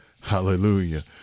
Hallelujah